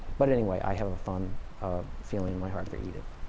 but anyway, i have a fond feeling in my heart for edith.